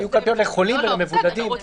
יהיו קלפיות לחולים ולמבודדים.